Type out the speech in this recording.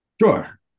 Sure